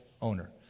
owner